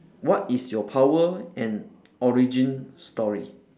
what is your power and origin story